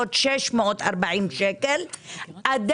תוספות משמעותיות שאנחנו מתכוונים ליישם